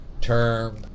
term